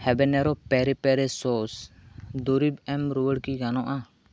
ᱦᱮᱵᱮᱱᱮᱨᱳ ᱯᱮᱨᱤ ᱯᱮᱨᱤ ᱥᱳᱥ ᱫᱩᱨᱤᱵᱽ ᱮᱢ ᱨᱩᱣᱟᱹᱲ ᱠᱤ ᱜᱟᱱᱚᱜᱼᱟ